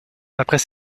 après